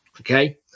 okay